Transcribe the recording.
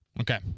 Okay